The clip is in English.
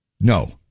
No